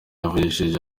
yavugishije